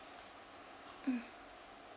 mm